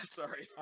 sorry